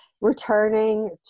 returning